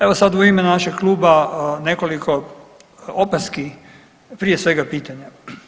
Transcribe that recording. Evo sad u ime našeg kluba nekoliko opaski, prije svega pitanja.